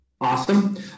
Awesome